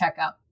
checkout